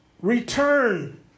return